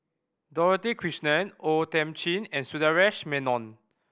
Dorothy Krishnan O Thiam Chin and Sundaresh Menon